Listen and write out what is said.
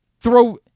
Throw